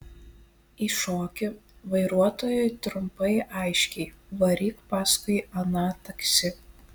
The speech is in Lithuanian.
įšoki vairuotojui trumpai aiškiai varyk paskui aną taksi